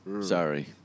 Sorry